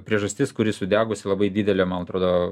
priežastis kuri sudegusi labai didelė man atrodo